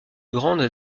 grande